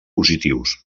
positius